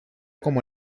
como